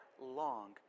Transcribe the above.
Long